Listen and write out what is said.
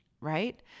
right